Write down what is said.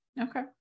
okay